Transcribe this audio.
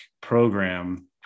program